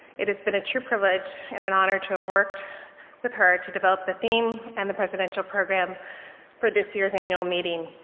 it has been a true privilege and an honor to have worked with her to develop the theme in and the presidential program for this year's annual meeting,